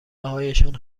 هایشان